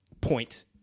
point